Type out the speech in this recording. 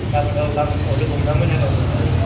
गाबोन औ गाबोन फुङाव लोगो हमना मोजां रायज्लायनोसै